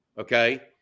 Okay